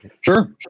Sure